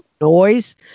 noise